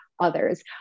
others